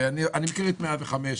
אני מכיר את 105,